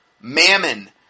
mammon